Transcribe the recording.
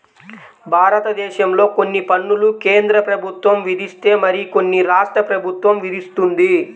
భారతదేశంలో కొన్ని పన్నులు కేంద్ర ప్రభుత్వం విధిస్తే మరికొన్ని రాష్ట్ర ప్రభుత్వం విధిస్తుంది